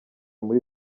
muri